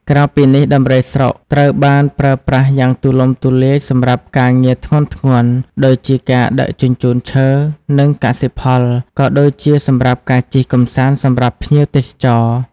ក្រៅពីនេះដំរីស្រុកត្រូវបានប្រើប្រាស់យ៉ាងទូលំទូលាយសម្រាប់ការងារធ្ងន់ៗ ដូចជាការដឹកជញ្ជូនឈើ និងកសិផល ក៏ដូចជាសម្រាប់ការជិះកម្សាន្តសម្រាប់ភ្ញៀវទេសចរ។